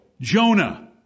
Jonah